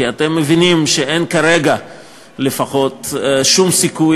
כי אתם מבינים שאין כרגע לפחות שום סיכוי